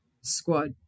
squad